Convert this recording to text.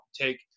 take